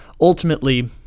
ultimately